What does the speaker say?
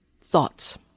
thoughts